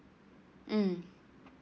mm